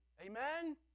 Amen